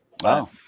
Wow